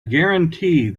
guarantee